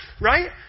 Right